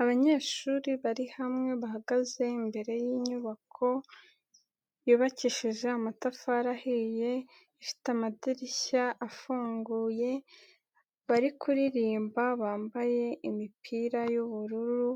Abanyeshuri bari hamwe bahagaze imbere y'inyubako yubakishije amatafari ahiye, ifite amadirishya afunguye, bari kuririmba bambaye imipira y'ubururu